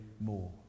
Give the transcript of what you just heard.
more